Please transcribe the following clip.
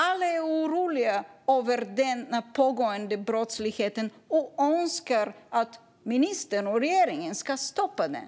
Alla är oroliga över denna pågående brottslighet och önskar att ministern och regeringen ska stoppa den.